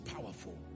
powerful